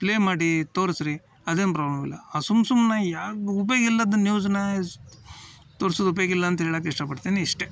play ಮಾಡಿ ತೋರಿಸ್ರೀ ಅದೇನು ಪ್ರಾಬ್ಲಮ್ ಇಲ್ಲ ಆ ಸುಮ್ನೆ ಸುಮ್ನೆ ಯಾವ್ದು ಉಪ್ಯೋಗ ಇಲ್ಲದ ನ್ಯೂಸ್ನ ಸ್ ತೋರ್ಸೋದು ಉಪ್ಯೋಗ ಇಲ್ಲಂತ ಹೇಳೋಕೆ ಇಷ್ಟಪಡ್ತೀನಿ ಇಷ್ಟೇ